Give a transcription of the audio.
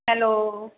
hello